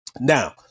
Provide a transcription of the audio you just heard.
Now